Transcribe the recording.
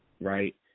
right